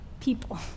people